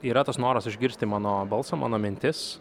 yra tas noras išgirsti mano balsą mano mintis